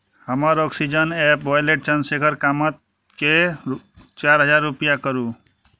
हमर Oxygen app wallet Chandrashekhar कामतकेँ चारि हजार रुपैआ करू